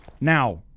Now